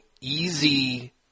easy